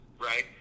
right